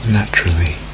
naturally